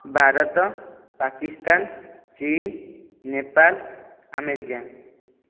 Bharat Pakistan China Nepal America